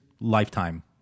lifetime